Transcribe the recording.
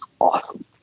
Awesome